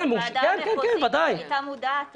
זאת אומרת, הוועדה המחוזית הייתה מודעת אליה.